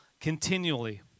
continually